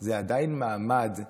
זה עדיין מעמד.